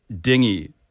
dinghy